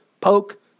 poke